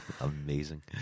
amazing